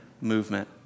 movement